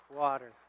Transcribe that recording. water